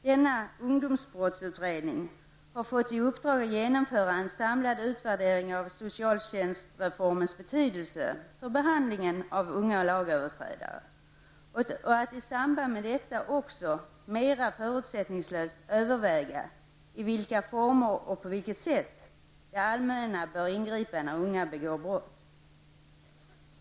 Denna ungdomsbrottsutredning har fått i uppdrag att genomföra en samlad utvärdering av socialtjänstreformens betydelse för behandlingen av unga lagöverträdare och att i samband med detta mera förutsättningslöst överväga i vilka former och på vilket sätt det allmänna bör ingripa när unga begår brott.